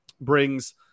brings –